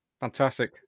Fantastic